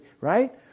right